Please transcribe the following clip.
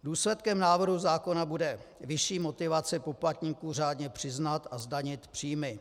Důsledkem návrhu zákona bude vyšší motivace poplatníků řádně přiznat a zdanit příjmy.